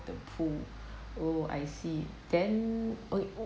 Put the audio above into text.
the pool oh I see then oh